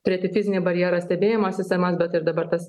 turėti fizinį barjerą stebėjimo sistemas bet ir dabar tas